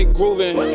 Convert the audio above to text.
grooving